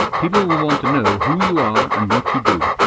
people will want to know who you are, and what you do.